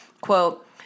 quote